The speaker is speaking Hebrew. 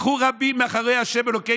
ממקימי